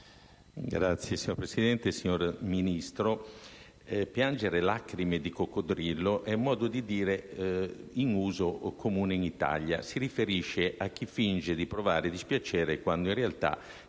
MpA, NPSI, PpI, IdV))*. Signor Ministro, piangere lacrime di coccodrillo è un modo di dire di uso comune in Italia e si riferisce a chi finge di provare dispiacere quando in realtà